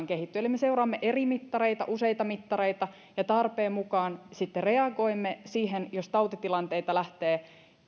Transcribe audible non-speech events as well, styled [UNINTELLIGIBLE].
[UNINTELLIGIBLE] kehittyy eli me seuraamme eri mittareita useita mittareita ja tarpeen mukaan sitten reagoimme siihen jos tautitilanteita lähtee